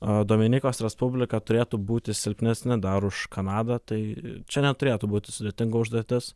a dominikos respublika turėtų būti silpnesni dar už kanadą tai čia neturėtų būti sudėtinga užduotis